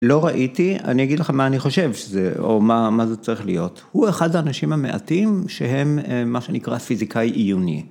לא ראיתי, אני אגיד לך מה אני חושב שזה, או מה זה צריך להיות. הוא אחד האנשים המעטים שהם מה שנקרא פיזיקאי עיוני.